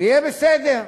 יהיה בסדר.